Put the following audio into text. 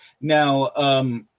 Now